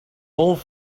old